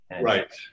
Right